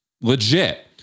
legit